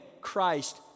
Christ